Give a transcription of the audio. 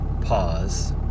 pause